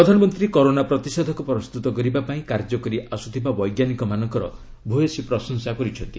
ପ୍ରଧାନମନ୍ତ୍ରୀ କରୋନା ପ୍ରତିଷେଧକ ପ୍ରସ୍ତୁତ କରିବାପାଇଁ କାର୍ଯ୍ୟ କରିଆସୁଥିବା ବୈଜ୍ଞାନିକମାନଙ୍କର ଭୟସୀ ପ୍ରଶଂସା କରିଛନ୍ତି